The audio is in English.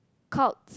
cults